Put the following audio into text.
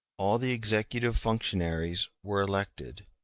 all the executive functionaries were elected,